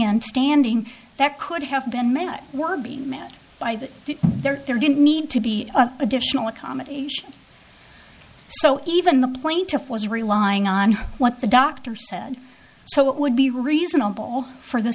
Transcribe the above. and standing that could have been made were being met by the there there didn't need to be additional accommodation so even the plaintiff was relying on what the doctor said so it would be reasonable for the